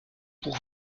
pour